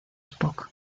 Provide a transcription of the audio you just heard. spock